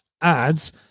ads